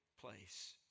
place